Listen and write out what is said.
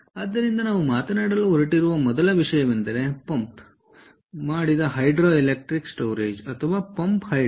ಆದ್ದರಿಂದ ನಾವು ಮಾತನಾಡಲು ಹೊರಟಿರುವ ಮೊದಲ ವಿಷಯವೆಂದರೆ ಪಂಪ್ ಮಾಡಿದ ಹೈಡ್ರೊ ಎಲೆಕ್ಟ್ರಿಕ್ ಸ್ಟೋರೇಜ್ಅಥವಾ ಪಂಪ್ ಹೈಡ್ರೊಪಂಪ್ Hydro